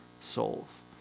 souls